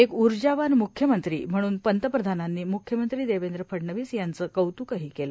एक ऊर्जावान मुख्यमंत्री म्हणून पंतप्रधानांनी मुख्यमंत्री देवेंद्र फडणवीस यांचं कौतुकही केलं